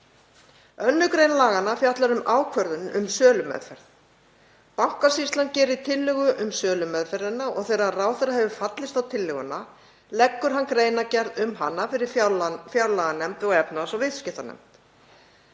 2. gr. laganna fjallar um ákvörðun um sölumeðferð. Bankasýslan gerir tillögu um sölumeðferðina og þegar ráðherra hefur fallist á tillöguna leggur hann greinargerð um hana fyrir fjárlaganefnd og efnahags- og viðskiptanefnd